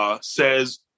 says